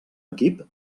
equip